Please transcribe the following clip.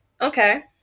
Okay